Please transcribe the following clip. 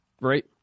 Right